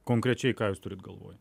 konkrečiai ką jūs turit galvoj